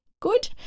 good